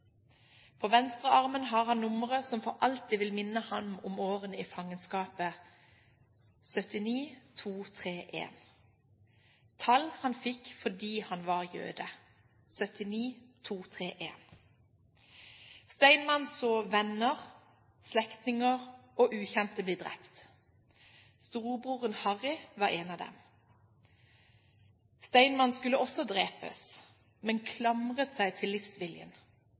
På venstrearmen har han nummeret som for alltid vil minne ham om årene i fangenskapet, 79 231, et tall han fikk fordi han var jøde – 79 231. Steinmann så venner, slektninger og ukjente bli drept. Storebroren Harry var en av dem. Steinmann skulle også drepes, men klamret seg til livsviljen: